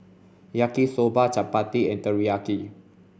Yaki Soba Chapati and Teriyaki